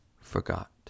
forgot